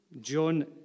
John